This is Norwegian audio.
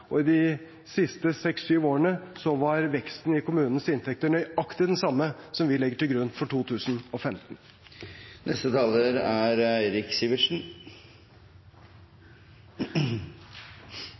Og i de siste 6–7 årene var veksten i kommunenes inntekter nøyaktig den samme som vi legger til grunn for 2015.